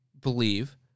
believe